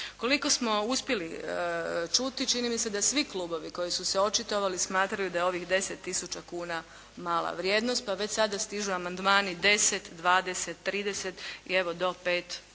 Koliko smo uspjeli čuti, čini mi se da svi klubovi koji su se očitovali smatraju da je ovih 10 000 kuna mala vrijednost, pa već sada stižu amandmani 10, 20, 30 i evo do 5000